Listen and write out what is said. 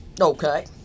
Okay